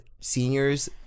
seniors